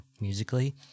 musically